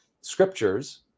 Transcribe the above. scriptures